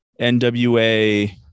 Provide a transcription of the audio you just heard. NWA